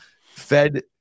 Fed –